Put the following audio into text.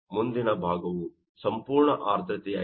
ಮುಂದಿನ ಭಾಗವು ಸಂಪೂರ್ಣ ಆರ್ದ್ರತೆ ಯಾಗಿದೆ